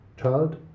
child